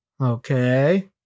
okay